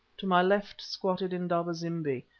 to my left squatted indaba-zimbi,